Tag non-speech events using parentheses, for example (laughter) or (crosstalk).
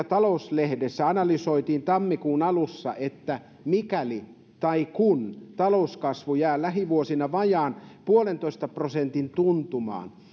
(unintelligible) talous lehdessä analysoitiin tammikuun alussa että mikäli tai kun talouskasvu jää lähivuosina vajaan puolentoista prosentin tuntumaan